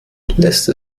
lässt